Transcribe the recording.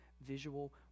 visual